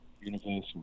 universal